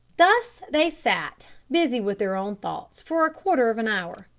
thus they sat, busy with their own thoughts, for a quarter of an hour.